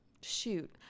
shoot